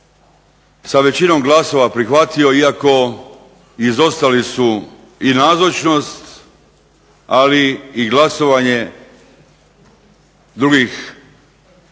sa većinom glasova prihvatio iako izostali su i nazočnost, ali i glasovanje drugih oporbenih